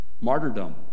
Martyrdom